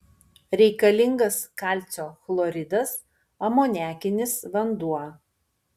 reikalingas kalcio chloridas amoniakinis vanduo